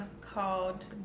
called